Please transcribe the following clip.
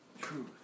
truth